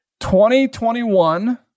2021